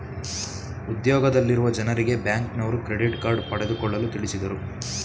ಉದ್ಯೋಗದಲ್ಲಿರುವ ಜನರಿಗೆ ಬ್ಯಾಂಕ್ನವರು ಕ್ರೆಡಿಟ್ ಕಾರ್ಡ್ ಪಡೆದುಕೊಳ್ಳಲು ತಿಳಿಸಿದರು